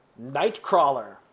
Nightcrawler